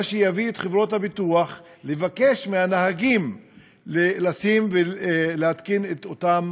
מה שיביא את חברות הביטוח לבקש מהנהגים לשים ולהתקין את אותם